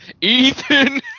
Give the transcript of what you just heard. Ethan